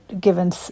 given